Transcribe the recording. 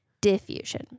diffusion